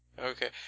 Okay